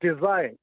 design